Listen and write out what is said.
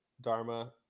dharma